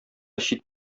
чит